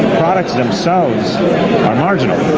products themselves are marginal.